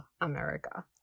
America